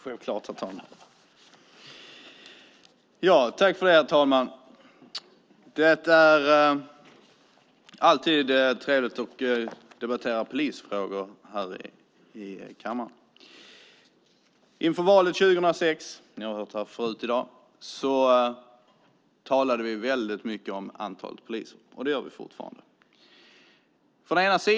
Herr talman! Det är alltid trevligt att debattera polisfrågor i kammaren. Inför valet 2006 - ni har hört det tidigare i dag - talade vi väldigt mycket om antalet poliser. Det gör vi fortfarande.